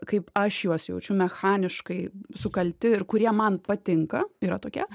kaip aš juos jaučiu mechaniškai sukalti ir kurie man patinka yra tokie